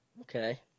Okay